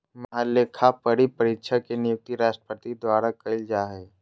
महालेखापरीक्षक के नियुक्ति राष्ट्रपति द्वारा कइल जा हइ